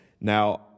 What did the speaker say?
Now